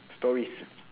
stories